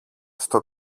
στο